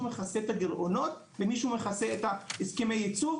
מכסה את הגירעונות ומישהו מכסה את הסכמי הייצוב,